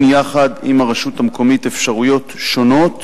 יחד עם הרשות המקומית אפשרויות שונות